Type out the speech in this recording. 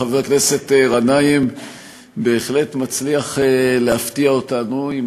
חבר הכנסת גנאים בהחלט מצליח להפתיע אותנו עם